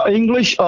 English